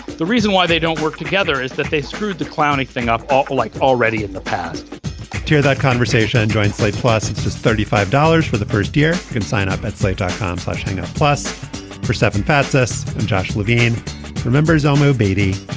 the reason why they don't work together is that they screwed the clowning thing off awful like already in the past year that conversation joined slate plus it's just thirty five dollars for the first year can sign up at slate dot com flashing a plus for stefan fatsis and josh levine remembers elmo beatty